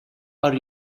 are